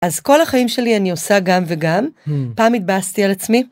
אז כל החיים שלי אני עושה גם וגם, פעם התבאסתי על עצמי.